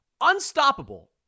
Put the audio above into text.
unstoppable